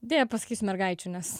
deja pasakysiu mergaičių nes